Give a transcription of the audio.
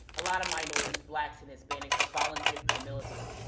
a lot of minorities, blacks and hispanics had volunteered for the military.